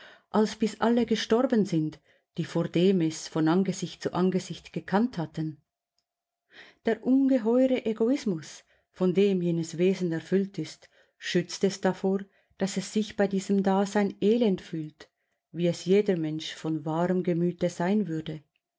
als bis alle gestorben sind die vordem es von angesicht zu angesicht gekannt hatten der ungeheuere egoismus von dem jenes wesen erfüllt ist schützt es davor daß es sich bei diesem dasein elend fühlt wie es jeder mensch von wahrem gemüte sein würde